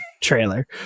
trailer